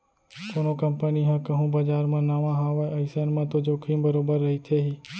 कोनो कंपनी ह कहूँ बजार म नवा हावय अइसन म तो जोखिम बरोबर रहिथे ही